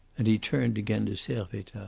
and he turned again to servettaz.